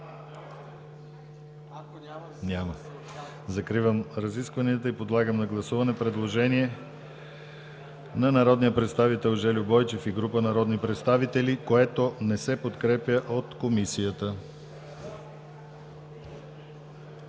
Няма. Закривам разискванията и подлагам на гласуване предложение на народния представител Жельо Бойчев и група народни представители, което не се подкрепя от Комисията.